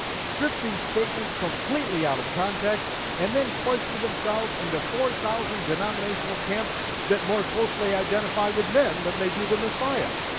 strip these statements completely out of context and then cloister themselves into four thousand denominational camps that more closely identify with men than they do the messiah.